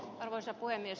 arvoisa puhemies